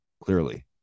Clearly